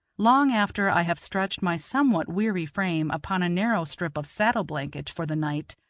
long after i have stretched my somewhat weary frame upon a narrow strip of saddle-blanket for the night,